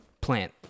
plant